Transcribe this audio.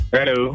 Hello